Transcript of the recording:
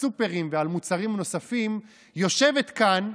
בסופרים ועל מוצרים נוספים, יושבת כאן,